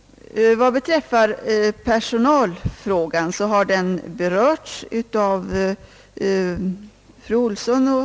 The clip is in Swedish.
Personalfrågan har berörts av fru Olsson.